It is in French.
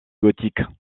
gothique